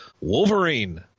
Wolverine